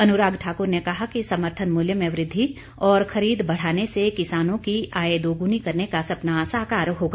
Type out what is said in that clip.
अनुराग ठाकुर ने कहा कि समर्थन मूल्य में वृद्वि और खरीद बढ़ाने से किसानों की आय दोगुनी करने का सपना साकार होगा